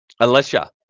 Alicia